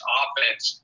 offense